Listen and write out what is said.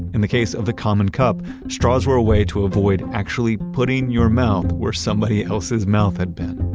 in the case of the common cup, straws were a way to avoid actually putting your mouth where somebody else's mouth had been.